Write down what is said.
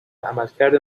عملکرد